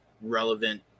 relevant